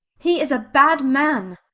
he is a bad man.